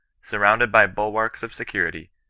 surrounded by bulwarks of security,